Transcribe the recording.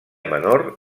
menor